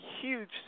huge